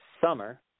summer